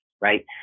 right